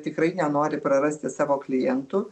tikrai nenori prarasti savo klientų